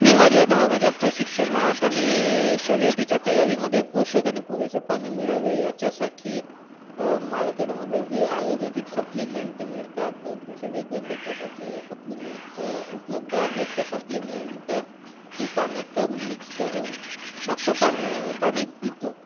मी माझ्या धावण्याच्या प्रशिक्षणात आणि शर्यतीच्या तयारीमध्ये पोषक आणि पुरेसे पाणी मिळावे याच्यासाठी मार्केटमध्ये जे आयुर्वेदिक सप्लिमेंट मिळतात जसे वेगवेगळ्या प्रकारचे सप्लिमेंटस उपलब्ध आहेत त्या सप्लिमेंट मी पाण्यात मिक्स करून मग तो पाण्या पाणी पितो